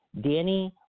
Danny